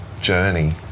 journey